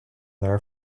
their